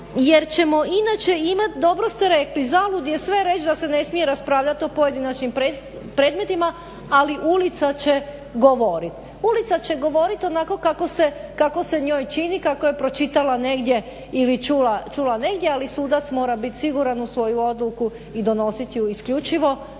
jer ćemo inače imati dobro ste rekli. Uzalud je sve reć da se ne smije raspravljati o pojedinačnim predmetima ali ulica će govoriti. Ulica će govoriti onako kako se njoj čini, kako je pročitala negdje ili čula negdje ali sudac mora biti siguran u svoju odluku i donosit ju isključivo prema